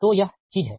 तो यह चीज है